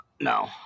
no